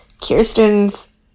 Kirsten's